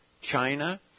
China